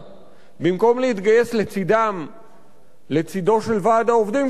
במקום להתגייס לצדו של ועד העובדים של ההסתדרות,